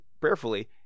prayerfully